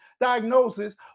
diagnosis